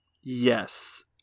Yes